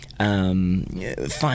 Find